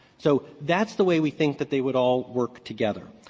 so that's the way we think that they would all work together.